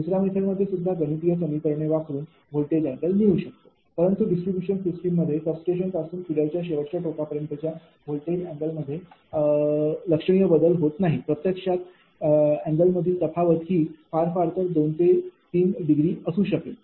दुसऱ्या मेथडमध्ये सुद्धा गणितीय समीकरणे वापरून व्होल्टेज अँगल मिळवू शकतो परंतु डिस्ट्रीब्यूशन सिस्टीममध्ये सबस्टेशनपासून फीडरच्या शेवटच्या टोकापर्यंतच्या व्होल्टेज अँगलमध्ये लक्षणीय बदल होत नाही प्रत्यक्षात ही अँगलमधील तफावत फार फार तर 2 ते 3 डिग्री असू शकेल